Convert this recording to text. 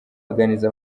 aganiriza